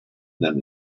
them